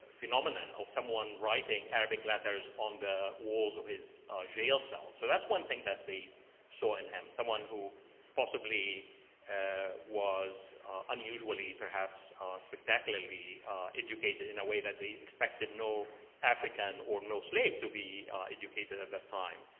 phenomenon of someone writing arabic letters on the walls of his jail cell. so that's one thing that they saw in him, someone who possibly ah was unusually, perhaps spectacularly educated in a way that they expected no african or no slave to be educated at the time.